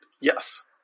Yes